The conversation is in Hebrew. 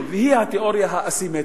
והיא תיאוריית הא-סימטריות.